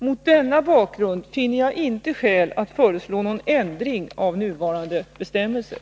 Mot denna bakgrund finner jag inte skäl att föreslå någon ändring av nuvarande bestämmelser.